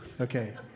Okay